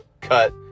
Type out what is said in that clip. cut